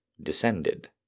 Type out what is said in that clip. descended